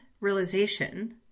realization